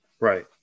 right